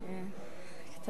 תודה.